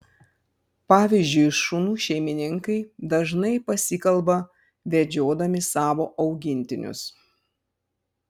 pavyzdžiui šunų šeimininkai dažnai pasikalba vedžiodami savo augintinius